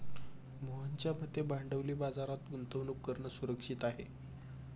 मोहनच्या मते भांडवली बाजारात गुंतवणूक करणं सुरक्षित आहे